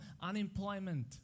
unemployment